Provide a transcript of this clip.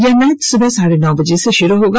यह मैच सुबह साढ़े नौ बजे से शुरू होगा